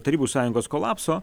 tarybų sąjungos kolapso